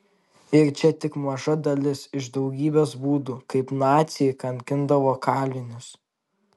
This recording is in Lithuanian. ir čia tik maža dalis iš daugybės būdų kaip naciai kankindavo kalinius